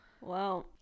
Wow